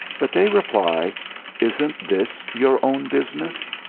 but they reply isn't this your own business?